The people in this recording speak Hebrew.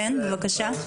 כן, בבקשה.